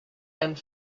and